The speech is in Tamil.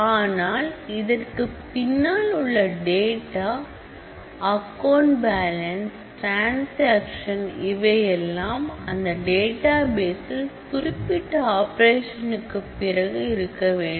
ஆனால் இதற்குப் பின்னால் உள்ள டேட்டா அக்கவுண்ட் பேலன்ஸ் டிரன்சாக்சன் இவையெல்லாம் அந்த டேட்டாபேஸில் குறிப்பிட்ட ஆபரேஷனுக்கு பிறகு இருக்க வேண்டும்